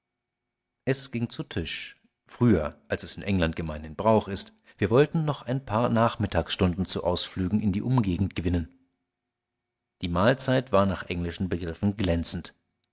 es ging zu tisch früher als es in england gemeinhin brauch ist wir wollten noch ein paar nachmittagsstunden zu ausflügen in die umgegend gewinnen die mahlzeit war nach englischen begriffen glänzend